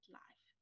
life